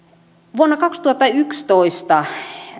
vuonna kaksituhattayksitoista